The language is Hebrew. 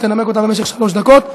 שתנמק אותה במשך שלוש דקות.